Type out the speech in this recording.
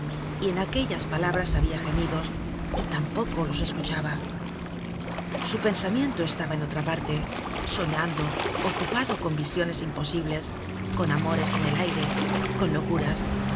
y en aquellas palabras habia gemidos y tampoco los escuchaba su pensamiento estaba en otra parte soñando ocupado con visiones imposibles con amores en el aire con locuras